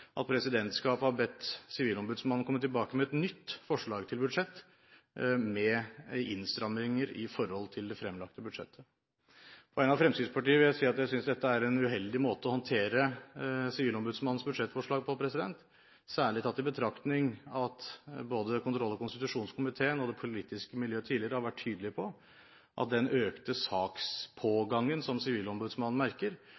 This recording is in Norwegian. at presidentskapet har bedt sivilombudsmannen komme tilbake med et nytt forslag til budsjett med innstramninger i forhold til det fremlagte budsjettet. På vegne av Fremskrittspartiet vil jeg si at jeg synes dette er en uheldig måte å håndtere sivilombudsmannens budsjettforslag på, særlig tatt i betraktning at både kontroll- og konstitusjonskomiteen og det politiske miljø tidligere har vært tydelige på at den økte